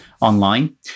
online